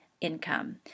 income